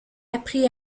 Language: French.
appris